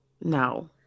No